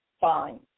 Fine